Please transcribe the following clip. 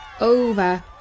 over